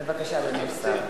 בבקשה, אדוני השר.